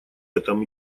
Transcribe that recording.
этом